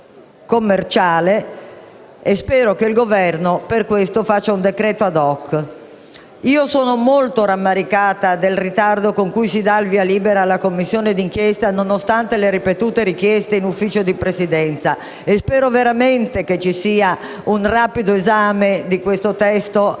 per questo che il Governo emani un decreto *ad hoc*. Sono molto rammaricata del ritardo con cui si dà il via libera alla Commissione d'inchiesta, nonostante le ripetute richieste in Consiglio di Presidenza. Spero veramente che ci sia un rapido esame del testo